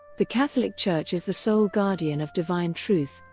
the catholic church is the sole guardian of divine truth,